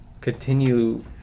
continue